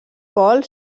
golf